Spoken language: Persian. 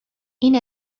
این